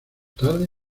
tarde